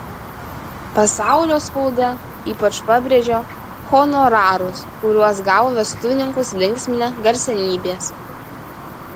pasaulio spauda ypač pabrėžia honorarus kuriuos gavo vestuvininkus linksminę garsenybės